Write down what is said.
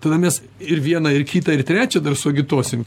tada mes ir vieną ir kitą ir trečią dar suagituosim